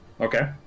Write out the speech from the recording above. Okay